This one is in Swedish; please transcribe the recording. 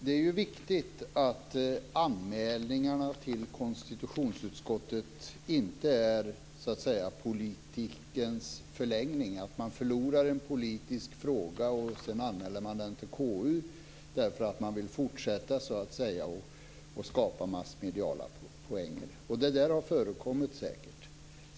Det är viktigt att anmälningarna till konstitutionsutskottet inte är politikens förlängning - man förlorar en politisk fråga och sedan anmäler man den till KU därför att man vill fortsätta och skapa massmediala poänger. Det har säkert förekommit.